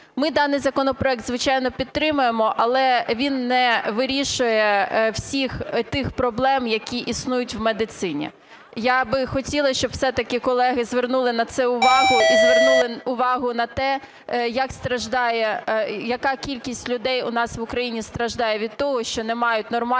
Ми даний законопроект, звичайно, підтримаємо. Але він не вирішує всіх тих проблем, які існують у медицині. Я би хотіла, щоб все-таки колеги звернули на це увагу і звернули увагу на те, як страждає, яка кількість людей у нас в Україні страждає від того, що не мають нормального